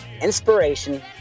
inspiration